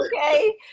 okay